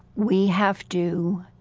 we have to